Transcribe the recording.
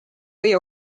või